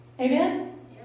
Amen